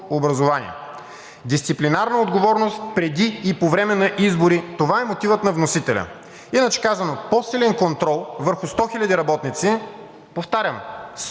Дисциплинарна отговорност преди и по време на избори – това е мотивът на вносителя. Иначе казано, по-силен контрол върху 100 хиляди работници, повтарям: